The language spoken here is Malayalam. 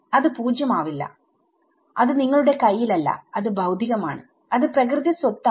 അത് പൂജ്യം ആവില്ല അത് നിങ്ങളുടെ കയ്യിൽ അല്ല അത് ഭൌതികമാണ്അത് പ്രകൃതി സ്വത്ത് ആണ്